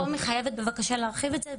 רומי חייבת בבקשה להרחיב את זה.